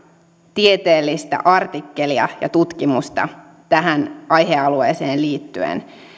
tieteellistä artikkelia ja tutkimusta tähän aihealueeseen liittyen